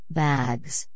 bags